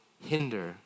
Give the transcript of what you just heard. hinder